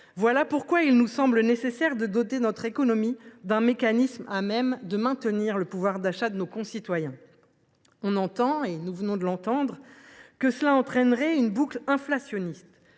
Voilà pourquoi il nous semble nécessaire de doter notre économie d’un mécanisme à même de maintenir le pouvoir d’achat de nos concitoyens. On entend souvent, comme cela vient d’être avancé, qu’un tel mécanisme entraînerait une boucle inflationniste.